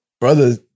Brother